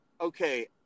okay